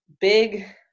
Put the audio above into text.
Big